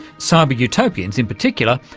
cyber-utopians, in particular,